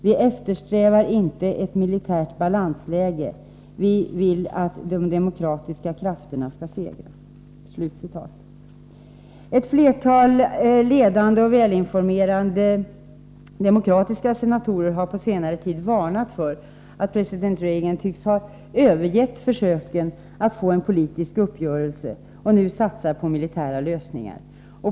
Vi eftersträvar inte ett militärt balansläge. Vi vill att de demokratiska krafterna skall segra.” Ett flertal ledande och välinformerade demokratiska senatorer har på senare tid varnat för att president Reagan tycks ha övergett försöken att få en politisk uppgörelse och nu satsar på militära lösningar.